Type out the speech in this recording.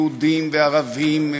יהודים וערבים,